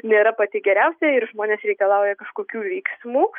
nėra pati geriausia ir žmonės reikalauja kažkokių veiksmų